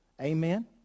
Amen